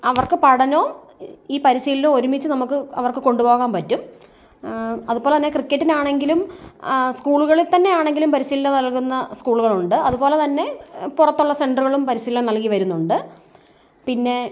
അവർക്ക് പഠനവും ഈ പരിശീലനവും ഒരുമിച്ച് നമുക്ക് അവർക്ക് കൊണ്ടുപോകാൻ പറ്റും അതുപോലെതന്നെ ക്രിക്കറ്റിൽ ആണെങ്കിലും സ്കൂളുകളിൽ തന്നെയാണെങ്കിലും പരിശീലനം നൽകുന്ന സ്കൂളുകളുണ്ട് അതുപോലെതന്നെ പുറത്തുള്ള സെൻ്ററുകളും പരിശീലനം നൽകിവരുന്നുണ്ട് പിന്നെ